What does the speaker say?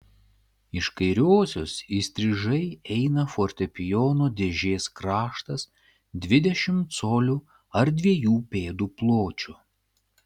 iš kairiosios įstrižai eina fortepijono dėžės kraštas dvidešimt colių ar dviejų pėdų pločio